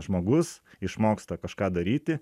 žmogus išmoksta kažką daryti